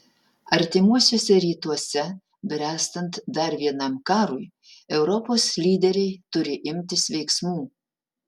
artimuosiuose rytuose bręstant dar vienam karui europos lyderiai turi imtis veiksmų